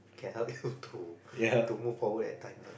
can help you to to move forward at times lah